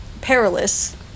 perilous